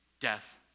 death